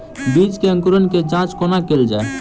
बीज केँ अंकुरण केँ जाँच कोना केल जाइ?